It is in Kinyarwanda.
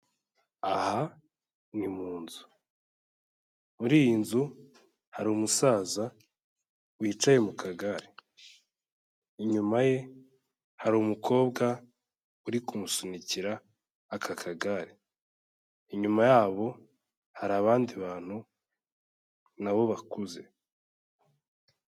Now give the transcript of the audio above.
Aha ni mu nzu. Muri iyi nzu hari umusaza wicaye mu kagare. Inyuma ye hari umukobwa uri kumusunikira aka kagare. Inyuma yabo hari abandi bantu na bo bakuze.